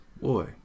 Boy